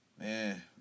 Man